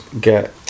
get